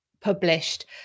published